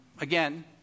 again